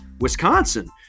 Wisconsin